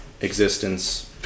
existence